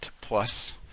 plus